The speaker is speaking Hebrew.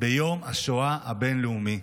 ביום השואה הבין-לאומי.